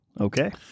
Okay